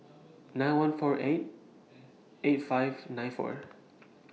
nine one four eight eight five nine four